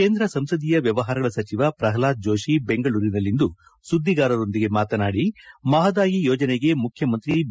ಕೇಂದ್ರ ಸಂಸದೀಯ ವ್ಯವಹಾರಗಳ ಸಚಿವ ಪ್ರಹ್ಲಾದ್ ಜೋತಿ ಬೆಂಗಳೂರಿನಲ್ಲಿಂದು ಸುದ್ದಿಗಾರರೊಂದಿಗೆ ಮಾತನಾಡಿ ಮಪದಾಯಿ ಯೋಜನೆಗೆ ಮುಖ್ಯಮಂತ್ರಿ ಬಿ